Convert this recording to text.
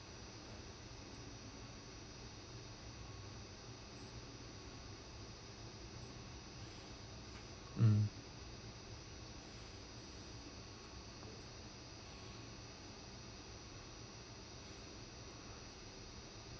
mm